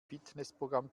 fitnessprogramm